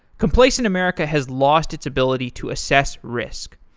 complacent america has lost its ability to assess risk.